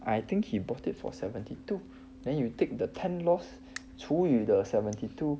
I think he bought it for seventy two then you take the ten loss 除以 the seventy two